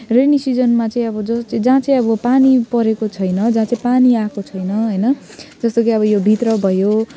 rainy सिजनमा चाहिँ अब जो चाहिँ जहाँ चाहिँ अब पानी परेको छैन जहाँ चाहिँ पानी आएको छैन जस्तो कि अब यो भित्र भयो